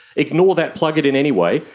ignore that, plug it in anyway,